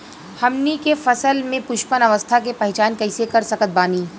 हमनी के फसल में पुष्पन अवस्था के पहचान कइसे कर सकत बानी?